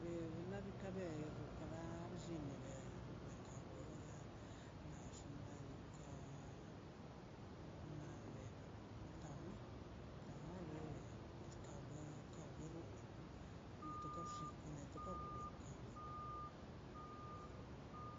De nak ka berru kara ka blle lile gon ka na xnaꞌ diikaꞌ naꞌ bewaꞌ kamma kamma loei es ka wei ka rrulan dii kato bx̱ikan kan netoꞌ ka loi naꞌ ka wi.